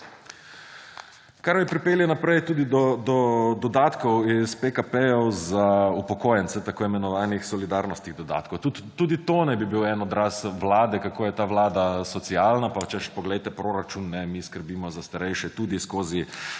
Kar me pripelje tudi do dodatkov iz pekapejev za upokojence, tako imenovanih solidarnostnih dodatkov. Tudi to naj bi bil en odraz vlade, kako je ta vlada socialna, češ, poglejte proračun, mi skrbimo za starejše tudi skozi